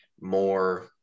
more